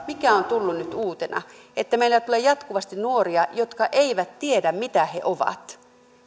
mikä on tullut nyt uutena niin meille tulee jatkuvasti nuoria jotka eivät tiedä mitä he ovat